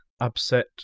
upset